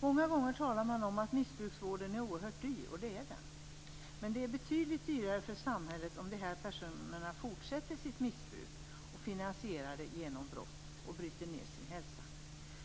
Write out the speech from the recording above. Man talar många gånger om att missbruksvården är oerhört dyr, och det är den. Men det är betydligt dyrare för samhället om de här personerna fortsätter sitt missbruk, finansierat genom brott, och bryter ned sin hälsa.